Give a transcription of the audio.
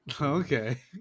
Okay